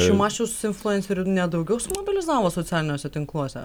šimašius influencerių ne daugiau sumobilizavo socialiniuose tinkluose